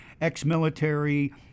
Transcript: ex-military